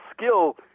skill